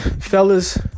Fellas